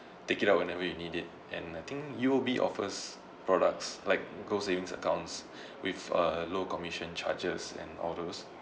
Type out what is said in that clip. take it out whenever you need it and I think U_O_B offers products like go savings accounts with a low commission charges and all those